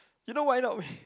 you know why not we